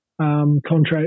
contract